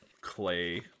clay